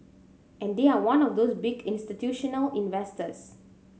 and they are one of those big institutional investors